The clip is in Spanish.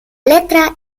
letra